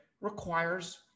requires